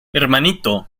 hermanito